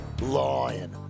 Lion